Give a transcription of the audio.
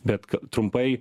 bet k trumpai